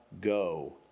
go